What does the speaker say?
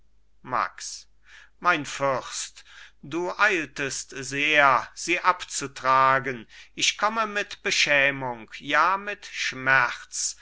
max mein fürst du eiltest sehr sie abzutragen ich komme mit beschämung ja mit schmerz